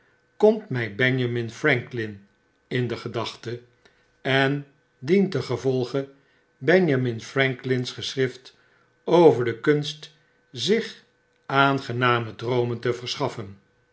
komt my benjamin franklin in de gedachten en dientengevolge benjamin franklin's geschrift over de kunst zich aangename droomen te verschaffen